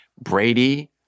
Brady